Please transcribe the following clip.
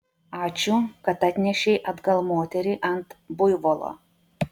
ačiū kad atnešei atgal moterį ant buivolo